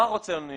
מה אני רוצה לומר?